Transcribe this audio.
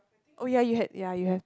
oh ya you had ya you have